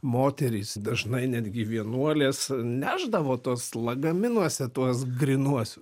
moterys dažnai netgi vienuolės nešdavo tuos lagaminuose tuos grynuosius